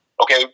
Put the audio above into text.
okay